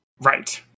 Right